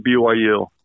BYU